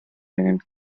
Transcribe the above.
angen